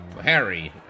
Harry